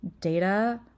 data